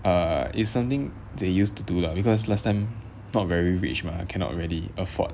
err is something they used to do lah because last time not very rich mah cannot really afford